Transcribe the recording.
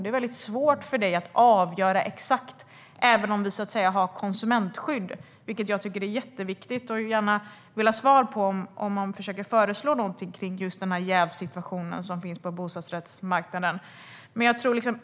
Det är svårt att avgöra exakt även om vi har konsumentskydd, vilket är jätteviktigt. Jag vill gärna ha svar på om man tänker föreslå något vad gäller jävssituationen som finns på bostadsrättsmarknaden.